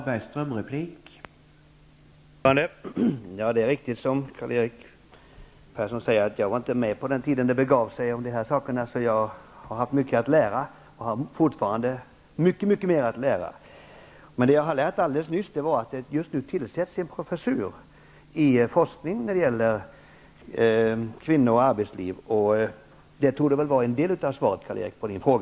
Herr talman! Det är riktigt som Karl-Erik Persson säger att jag inte var med på den tiden det begav sig i fråga om de här sakerna, så jag har haft mycket att lära. Jag har fortfarande mycket att lära, men jag har alldeles nyss lärt mig att just nu tillsätts en professur i forskning rörande kvinnor och arbetsliv. Det torde väl vara en del av svaret på Karl-Erik